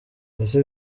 ese